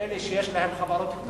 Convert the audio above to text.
ואלה שיש להם חברות קטנות,